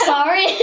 Sorry